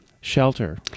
shelter